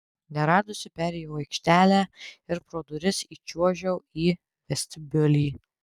neradusi perėjau aikštelę ir pro duris įčiuožiau į vestibiulį